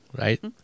right